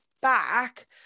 back